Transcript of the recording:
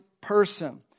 person